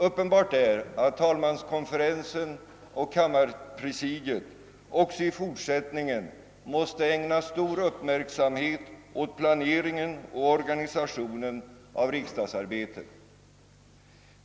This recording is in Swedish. Uppenbart är att talmanskonferensen och kammarpresidiet också i fortsättningen måste ägna stor uppmärksamhet åt planeringen och organisationen av riksdagsarbetet.